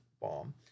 bomb